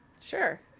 Sure